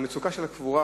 מצוקת הקבורה